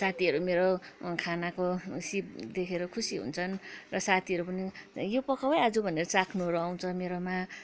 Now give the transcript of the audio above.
साथीहरू मेरो खानाको सिप देखेर खुसी हुन्छन् र साथीहरू पनि यो पकाउ है आजु भनेर चाख्नुहरू आउँछ मेरोमा